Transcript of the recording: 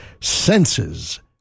senses